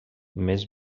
més